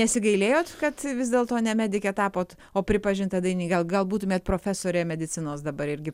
nesigailėjot kad vis dėlto ne medike tapot o pripažinta dainini gal gal būtumėt profesorė medicinos dabar irgi